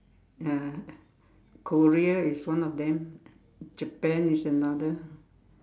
ya Korea is one of them Japan is another